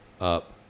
up